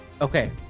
Okay